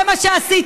זה מה שעשיתם.